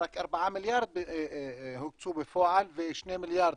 רק ארבעה מיליארד הוקצו בפועל ושני מיליארד